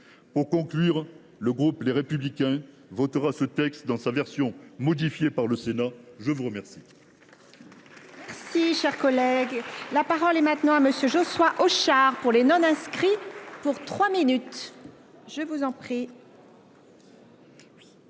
Pour conclure, le groupe Les Républicains votera ce texte dans sa version modifiée par le Sénat. La parole